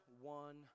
one